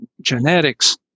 genetics